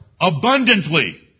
abundantly